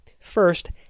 First